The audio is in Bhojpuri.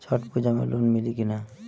छठ पूजा मे लोन मिली की ना?